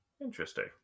Interesting